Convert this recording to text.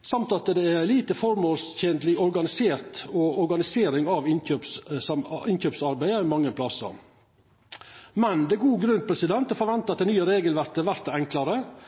I tillegg er innkjøpsarbeidet lite formålstenleg organisert mange plassar. Det er god grunn å forventa at